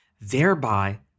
Thereby